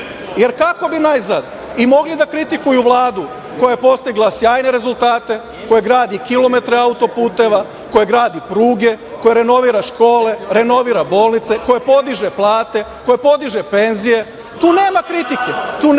Jer, kako bi najzad i mogli da kritikuju Vladu koja je postigla sjajne rezultate, koja gradi kilometre auto-puteva, koja gradi pruge, koja renovira škole, renovira bolnice, koja podiže plate, koja podiže penzije? Tu nema kritike,